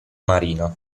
marina